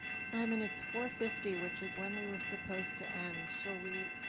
simon, it's four fifty, which is when we were supposed to end, shall we?